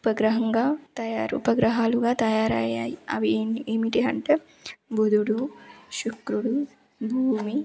ఉపగ్రహంగా తయారు ఉపగ్రహాలుగా తయారయ్యాయి అవి ఏంటి ఏమిటి అంటే బుధుడు శుక్రుడు భూమి